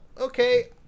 okay